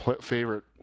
favorite